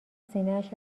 سینهاش